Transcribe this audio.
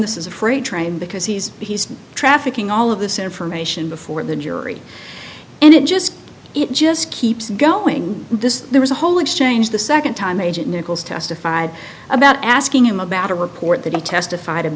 this is a freight train because he's he's trafficking all of this information before the jury and it just it just keeps going this there was a whole exchange the second time agent nichols testified about asking him about a report that he testified